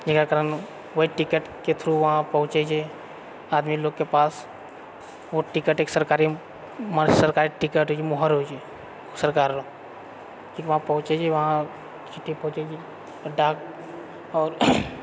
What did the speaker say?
जेकरा कारण ओहि टिकटके थ्रू वहाँ पहुँचए छै आदमी लोगके पास ओ टिकट एक सरकारी सरकारी टिकट होइत छै मोहर होइत छै सरकार रऽ एकरबाद पहुँचए छै वहाँ चिठ्ठी पहुँचए छै डाक आओर